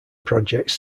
projects